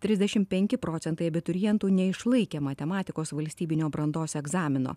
trisdešim penki procentai abiturientų neišlaikė matematikos valstybinio brandos egzamino